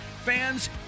fans